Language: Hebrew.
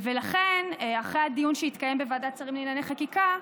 ולכן, אחרי הדיון שהתקיים בוועדת שרים לחקיקה,